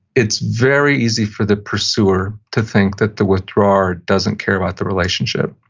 it's very easy for the pursuer to think that the withdrawer doesn't care about the relationship.